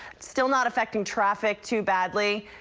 still not affecting traffic too badly.